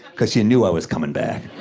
cause you knew i was coming back.